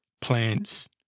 plants